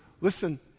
Listen